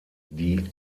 die